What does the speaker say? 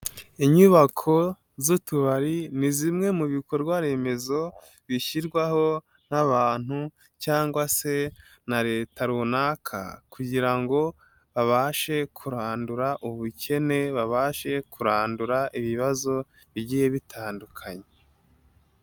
Inyubako z'utubari ni zimwe mu bikorwa remezo bishyirwaho n'abantu cyangwa se na leta runaka kugira ngo babashe kurandura ubukene, babashe kurandura ibibazo bigiye bitandukanye.